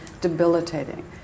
debilitating